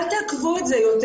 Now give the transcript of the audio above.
אל תעכבו את זה יותר,